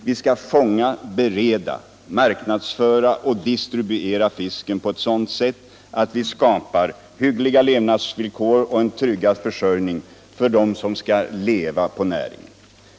Vi skall fånga, bereda, marknadsföra och distribuera fisken på sådant sätt att vi skapar hyggliga levnadsvillkor och en tryggad försörjning för dem som skall leva på näringen.